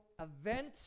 event